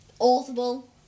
Audible